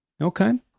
Okay